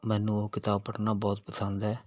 ਮੈਨੂੰ ਉਹ ਕਿਤਾਬ ਪੜ੍ਹਨਾ ਬਹੁਤ ਪਸੰਦ ਹੈ